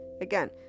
again